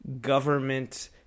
government